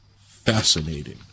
fascinating